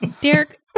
Derek